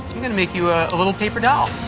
i'm gonna make you a little paper doll.